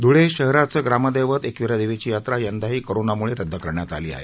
धुळे शहराचं ग्राम दैवत एकवीरादेवीची यात्रा यंदाही कोरोनामुळे रद्द करण्यात आली आहे